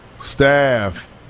staff